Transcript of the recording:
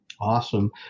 Awesome